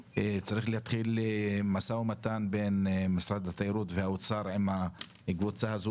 צריך להתחיל משא ומתן בין משרד התיירות והאוצר עם הקבוצה הזאת,